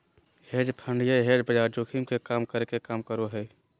hedge fund या hedge बाजार जोखिम के कम करे के काम करो हय